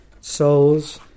souls